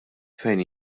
fejn